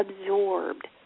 absorbed